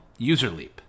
Userleap